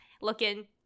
looking